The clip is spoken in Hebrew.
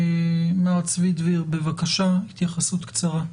מר צבי דביר בבקשה התייחסות קצרה.